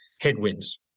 headwinds